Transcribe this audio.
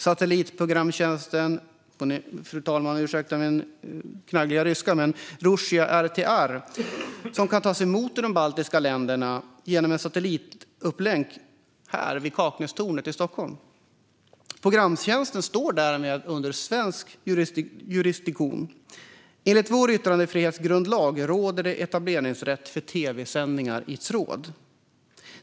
Satellitprogramtjänsten Rossija RTR kan tas emot i de baltiska länderna genom en satellitlänk i Kaknästornet här i Stockholm. Programtjänsten står därmed under svensk jurisdiktion. Enligt vår yttrandefrihetsgrundlag råder etableringsfrihet för tv-sändningar i tråd.